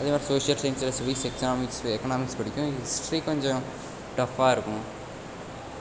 அதே மாதிரி social science civics எக்ஸாமிக்ஸ் எக்கனாமிக்ஸ் பிடிக்கும் ஹிஸ்ட்ரி கொஞ்சம் டஃப்பாக இருக்கும்